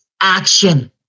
action